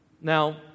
Now